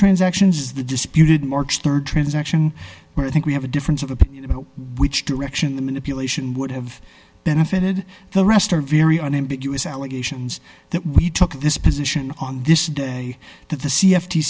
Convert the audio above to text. transactions is the disputed march rd transaction where i think we have a difference of opinion which direction the manipulation would have benefited the rest are very unambiguous allegations that we took this position on this day that the c f d